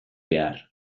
behar